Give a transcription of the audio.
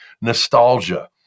nostalgia